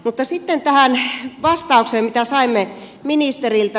mutta sitten tähän vastaukseen minkä saimme ministeriltä